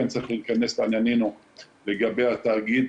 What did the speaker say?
לגבי התאגיד,